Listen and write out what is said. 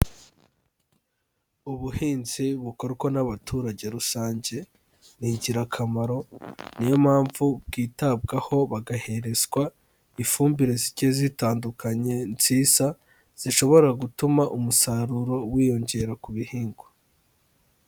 Ubuhinzi bukorwa n'abaturage rusange ni ingirakamaro, niyo mpamvu bwitabwaho bagaherezwa ifumbire zigiye zitandukanye nziza, zishobora gutuma umusaruro wiyongera ku bihingwa.